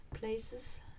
places